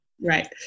Right